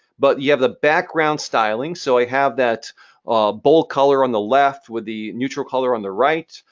but you have the background styling. so i have that bold color on the left with the neutral color on the right.